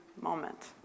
moment